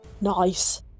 Nice